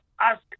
ask